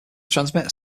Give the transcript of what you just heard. transmitter